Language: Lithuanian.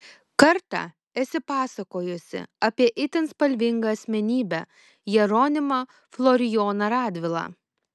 kartą esi pasakojusi apie itin spalvingą asmenybę jeronimą florijoną radvilą